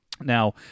Now